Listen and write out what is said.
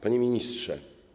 Panie Ministrze!